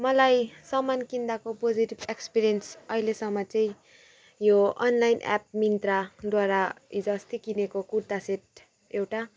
मलाई सामान किन्दाको पोजेटिभ एक्सपिरियन्स अहिलेसम्म चाहिँ यो अनलाइन एप मिन्त्राद्वारा हिजोअस्ति किनेको कुर्ता सेट एउटा